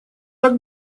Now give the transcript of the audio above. так